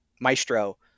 maestro